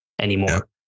anymore